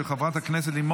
תחזור לוועדת הכלכלה להמשך